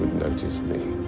notice me?